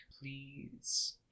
please